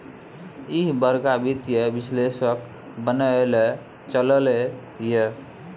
ईह बड़का वित्तीय विश्लेषक बनय लए चललै ये